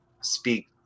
speak